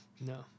No